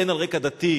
הן על רקע דתי,